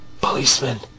Policeman